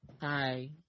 Hi